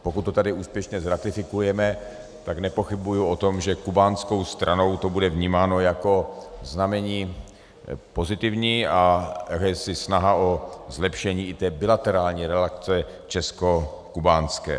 Pokud to tady úspěšně zratifikujeme, tak nepochybuji o tom, že kubánskou stranou to bude vnímáno jako znamení pozitivní a jako snaha o zlepšení i té bilaterální relace českokubánské.